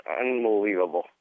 unbelievable